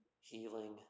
healing